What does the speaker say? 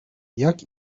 jak